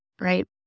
right